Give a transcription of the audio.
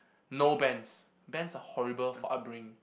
no bands bands are horrible for upbringing